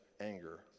anger